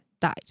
died